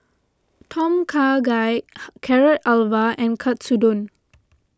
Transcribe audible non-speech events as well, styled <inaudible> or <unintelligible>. Tom Kha Gai <unintelligible> Carrot Halwa and Katsudon